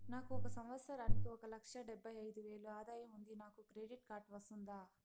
నాకు ఒక సంవత్సరానికి ఒక లక్ష డెబ్బై అయిదు వేలు ఆదాయం ఉంది నాకు క్రెడిట్ కార్డు వస్తుందా?